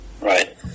Right